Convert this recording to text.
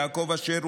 יעקב אשר,